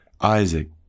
Isaac